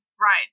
right